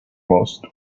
most